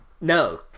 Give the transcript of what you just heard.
No